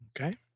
Okay